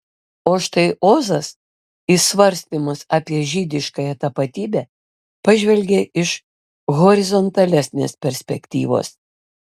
o štai ozas į svarstymus apie žydiškąją tapatybę pažvelgia iš horizontalesnės perspektyvos